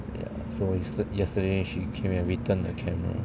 ya so yesterday she came and return the camera